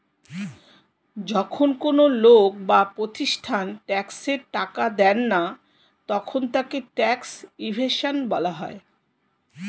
যখন কোন লোক বা প্রতিষ্ঠান ট্যাক্সের টাকা দেয় না তখন তাকে ট্যাক্স ইভেশন বলা হয়